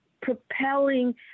propelling